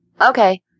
Okay